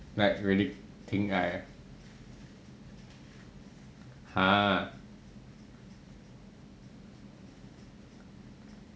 like really 挺矮 !huh!